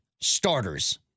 starters